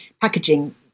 packaging